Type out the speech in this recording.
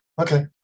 Okay